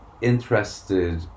interested